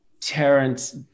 Terrence